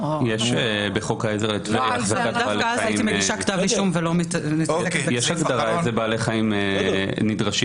יש בחוק העזר לטבריה הגדרה של איזה בעלי חיים דורשים היתר.